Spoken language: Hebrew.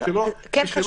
הצידה ולא